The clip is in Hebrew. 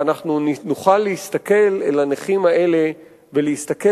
ואנחנו נוכל להסתכל על הנכים האלה ולהסתכל